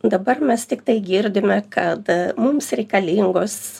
dabar mes tiktai girdime kad mums reikalingos